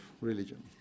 religion